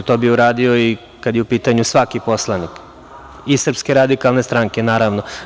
To bih uradio i kad je u pitanju svaki poslanik, i iz Srpske radikalne stranke, naravno.